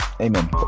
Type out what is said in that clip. Amen